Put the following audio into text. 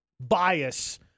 bias